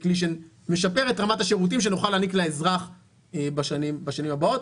שמשפר את רמת השירותים שנוכל להעניק לאזרח בשנים הבאות.